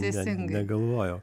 ne negalvojau